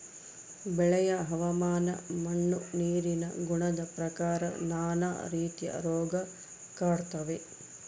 ಬೆಳೆಯ ಹವಾಮಾನ ಮಣ್ಣು ನೀರಿನ ಗುಣದ ಪ್ರಕಾರ ನಾನಾ ರೀತಿಯ ರೋಗ ಕಾಡ್ತಾವೆ